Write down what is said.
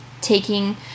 taking